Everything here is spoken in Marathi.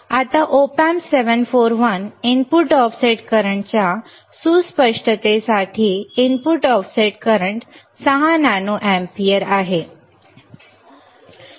आता Op Amp 741 इनपुट ऑफसेट करंटच्या सुस्पष्टतेसाठी input offset current 6 nano ampere ठीक आहे